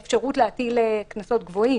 טבע מן האפשרות להטיל קנסות גבוהים.